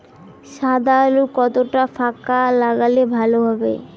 সাদা আলু কতটা ফাকা লাগলে ভালো হবে?